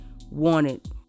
wanted